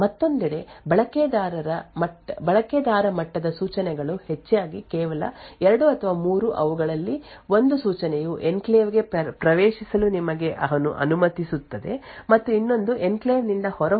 ಮತ್ತೊಂದೆಡೆ ಬಳಕೆದಾರ ಮಟ್ಟದ ಸೂಚನೆಗಳು ಹೆಚ್ಚಾಗಿ ಕೇವಲ 2 ಅಥವಾ 3 ಅವುಗಳಲ್ಲಿ ಒಂದು ಸೂಚನೆಯು ಎನ್ಕ್ಲೇವ್ ಗೆ ಪ್ರವೇಶಿಸಲು ನಿಮಗೆ ಅನುಮತಿಸುತ್ತದೆ ಮತ್ತು ಇನ್ನೊಂದು ಎನ್ಕ್ಲೇವ್ ನಿಂದ ಹೊರಹೋಗಲು ನಿಮಗೆ ಅನುಮತಿಸುತ್ತದೆ ಮತ್ತು ಅಡಚಣೆ ಅಥವಾ ವಿನಾಯಿತಿ ಸಂಭವಿಸಿದ ನಂತರ ಮೂರನೆಯದು ಪುನರಾರಂಭಿಸಲು ಬಳಕೆದಾರ ಮೋಡ್ ನಲ್ಲಿ ಅಪ್ಲಿಕೇಶನ್ ಅನ್ನು ಅನುಮತಿಸುತ್ತದೆ ಎಂದು ತಿಳಿಯುತ್ತದೆ